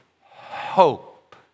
hope